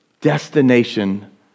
destination